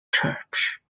church